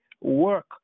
work